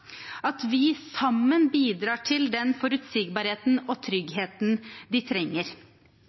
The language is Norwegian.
at vi sammen bidrar til den forutsigbarheten og tryggheten de trenger.